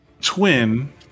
twin –